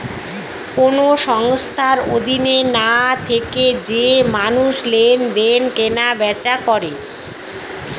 কোন সংস্থার অধীনে না থেকে যে মানুষ লেনদেন, কেনা বেচা করে